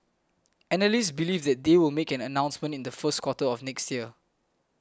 analysts believe that they will make an announcement in the first quarter of next year